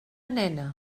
nena